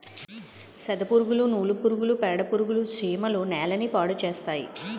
సెదపురుగులు నూలు పురుగులు పేడపురుగులు చీమలు నేలని పాడుచేస్తాయి